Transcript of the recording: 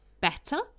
better